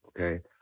okay